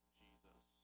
jesus